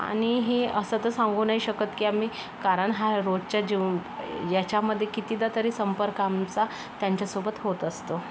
आणि हे असं तर सांगू नाही शकत की आम्ही कारण हा रोजच्या जीव याच्यामध्ये कितीदा तरी संपर्क आमचा त्यांच्यासोबत होत असतो